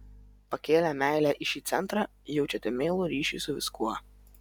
pakėlę meilę į šį centrą jaučiate meilų ryšį su viskuo